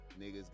niggas